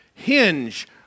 hinge